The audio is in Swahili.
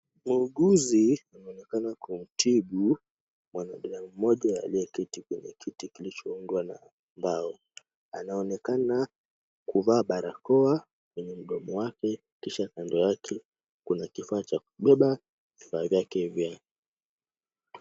Muuguzi anaonekana kumtibu mwanadada mmoja aliyeketi kwenye kiti kilichoundwa na mbao. Anaonekana kuvaa barakoa kwenye mdomo wake, kisha kando yake kuna kifaa cha kubeba vifaa vyake vya kazi.